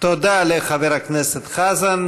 תודה לחבר הכנסת חזן.